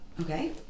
Okay